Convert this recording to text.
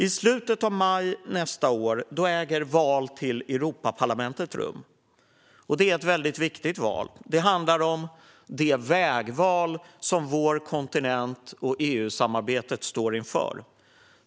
I slutet av maj nästa år äger val till Europaparlamentet rum. Det är ett väldigt viktigt val. Det handlar om det vägval som vår kontinent och EU-samarbetet står inför.